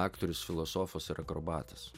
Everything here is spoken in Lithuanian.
aktorius filosofas ir akrobatas